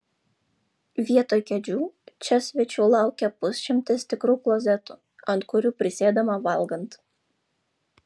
vietoj kėdžių čia svečių laukia pusšimtis tikrų klozetų ant kurių prisėdama valgant